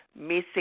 missing